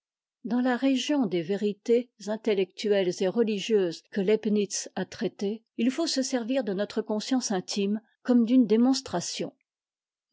dans la région des vérités intellectuelles et religieuses que leibnitz a traitées il faut se servir de notre conscience intime comme d'une démonstration